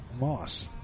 Moss